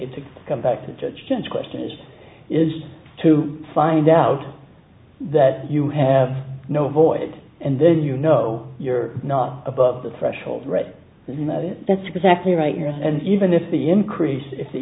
it to come back to change question is is to find out that you have no void and then you know you're not above the threshold right and that's exactly right yes and even if the increase if the